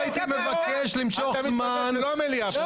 מה החשיבות פה, האוזר?